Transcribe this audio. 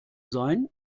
sein